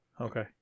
Okay